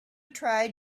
try